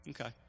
Okay